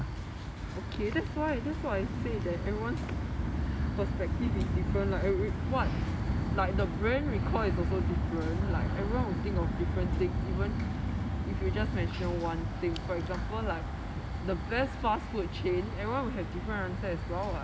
okay that's why that's why I said that everyone's perspective is different like what like the brand we call is also different like everyone will think of different things even if you were just mentioned one thing for example like the best fast food chain everyone will have different answer as well [what]